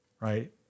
right